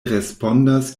respondas